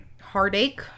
Heartache